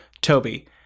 Toby